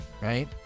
right